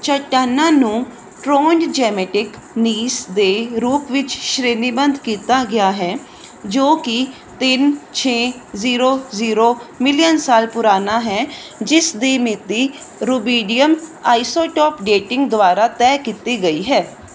ਚੱਟਾਨਾਂ ਨੂੰ trondhjemitic gneiss ਦੇ ਰੂਪ ਵਿੱਚ ਸ਼੍ਰੇਣੀਬੱਧ ਕੀਤਾ ਗਿਆ ਹੈ ਜੋ ਕਿ ਤਿੰਨ ਛੇ ਜ਼ੀਰੋ ਜ਼ੀਰੋ ਮਿਲੀਅਨ ਸਾਲ ਪੁਰਾਣਾ ਹੈ ਜਿਸ ਦੀ ਮਿਤੀ ਰੂਬੀਡੀਅਮ ਆਈਸੋਟੋਪ ਡੇਟਿੰਗ ਦੁਆਰਾ ਤੈਅ ਕੀਤੀ ਗਈ ਹੈ